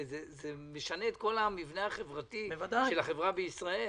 זה משנה את כל המבנה החברתי של החברה בישראל.